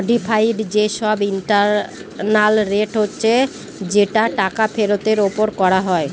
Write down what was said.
modified যে সব internal rate হচ্ছে যেটা টাকা ফেরতের ওপর করা হয়